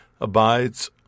abides